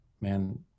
man